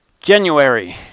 January